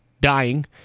dying